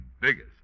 biggest